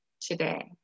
today